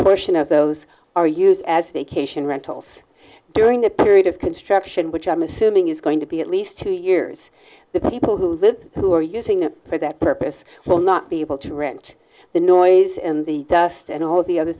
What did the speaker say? portion of those are used as a vacation rentals during that period of construction which i'm assuming is going to be at least two years the people who live who are using it for that purpose will not be able to rent the noise and the dust and all the other